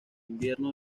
invierno